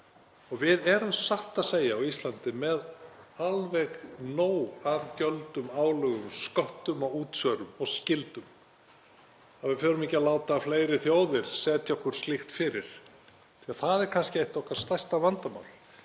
og við erum satt að segja á Íslandi með alveg nóg af gjöldum, álögum, sköttum og útsvörum og skyldum að við förum ekki að láta fleiri þjóðir setja okkur slíkt fyrir. Eitt okkar stærsta vandamál